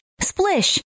splish